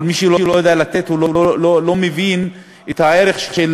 אבל מי שלא יודע לתת לא מבין את הערך של